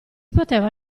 poteva